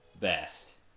best